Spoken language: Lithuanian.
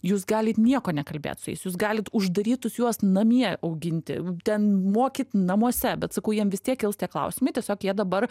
jūs galit nieko nekalbėt su jais jūs galit uždarytus juos namie auginti ten mokyt namuose bet sakau jiem vis tiek kils tie klausimai tiesiog jie dabar